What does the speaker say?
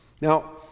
Now